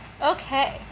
Okay